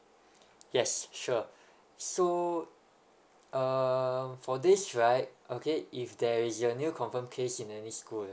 yes sure so uh for this right okay if there is a new confirm case in any school